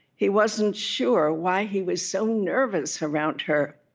he wasn't sure why he was so nervous around her